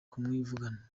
kumwivugana